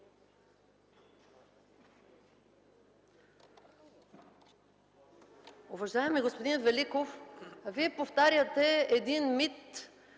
Уважаеми господин Великов, Вие повтаряте един мит,